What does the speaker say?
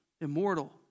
immortal